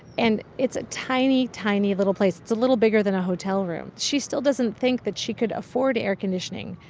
and it's a tiny, tiny little place. it's a little bigger than a hotel room. she still doesn't think that she could afford air conditioning.